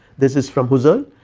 this is from husserl.